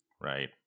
Right